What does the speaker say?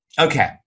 Okay